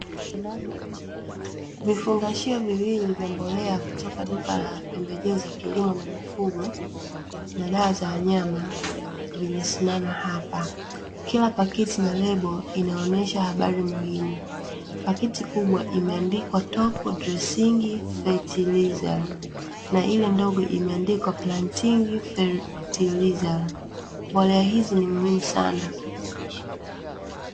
Vifungashio viwili vya mbolea kutoka duka la pembejeo za kilimo na mifugo na dawa za wanyama zimesimama hapa, kila pakiti na lebo inaonyesha habari muhimu. Pakiti kubwa imeandikwa topu dresingi fetilaiza na ile ndogo imeandikwa plantini fetilaiza, mbolea hizi ni muhimu sana.